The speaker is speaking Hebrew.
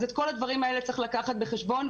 אז את כל הדברים האלה צריך לקחת בחשבון.